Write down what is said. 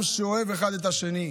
עם שבו אחד אוהב את השני.